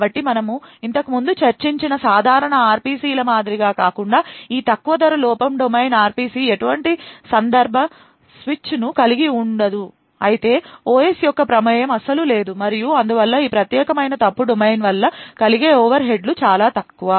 కాబట్టి మనము ఇంతకుముందు చర్చించిన సాధారణ RPC ల మాదిరిగా కాకుండా ఈ తక్కువ ధర లోపం డొమైన్ RPC ఎటువంటి సందర్భ స్విచ్ను కలిగి ఉండదు అయితే OS యొక్క ప్రమేయం అస్సలు లేదు మరియు అందువల్ల ఈ ప్రత్యేకమైన ఫాల్ట్ డొమైన్ వల్ల కలిగే ఓవర్హెడ్లు చాలా తక్కువ